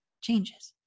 changes